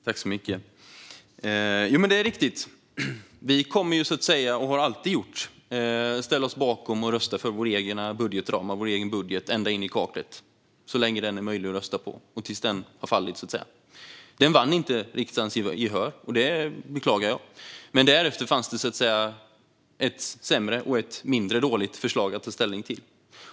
Fru talman! Det är riktigt. Vi kommer alltid att ställa oss bakom och rösta på våra egna budgetramar och vår egen budget, ända in i kaklet, så länge det är möjligt att rösta på den och tills den har fallit. Det har vi alltid gjort. Vårt budgetförslag vann inte gehör i riksdagen. Det beklagar jag. Men därefter fanns det ett dåligt och ett mindre dåligt förslag att ta ställning till.